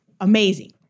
amazing